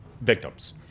victims